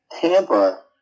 Tampa